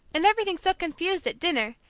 and everything so confused at dinner,